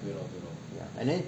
ya and then